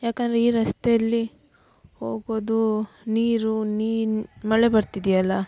ಯಾಕಂದರೆ ಈ ರಸ್ತೆಯಲ್ಲಿ ಹೋಗೋದು ನೀರು ನೀನು ಮಳೆ ಬರ್ತಿದೆಯಲ